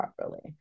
properly